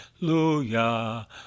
hallelujah